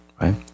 Right